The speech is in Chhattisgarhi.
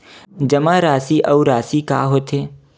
जमा राशि अउ राशि का होथे?